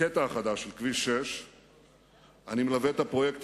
הקטע החדש של כביש 6. אני מלווה את הפרויקט